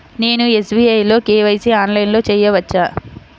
నేను ఎస్.బీ.ఐ లో కే.వై.సి ఆన్లైన్లో చేయవచ్చా?